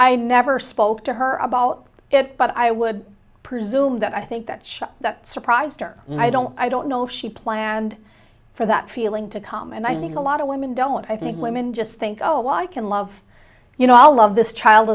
i never spoke to her about it but i would presume that i think that chuck that surprised her and i don't i don't know she planned for that feeling to come and i think a lot of women don't i think women just think oh well i can love you know all of this child